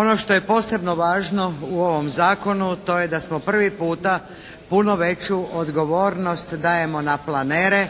Ono što je posebno važno u ovom zakonu to je da smo prvi puta puno veću odgovornost dajemo na planere,